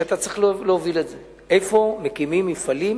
ושאתה צריך להוביל את זה: איפה מקימים מפעלים